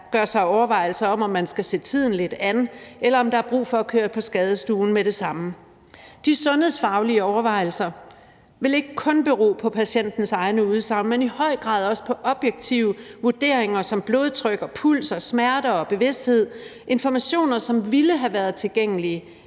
gør sig overvejelser om, om man skal se tiden lidt an, eller om der er brug for at køre på skadestuen med det samme. De sundhedsfaglige overvejelser vil ikke kun bero på patientens egne udsagn, men i høj grad også på objektive vurderinger som blodtryk, puls, smerter og bevidsthed. Det er informationer, som ville have været tilgængelige,